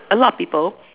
a lot of people